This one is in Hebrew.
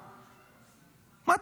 מה,